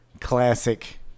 classic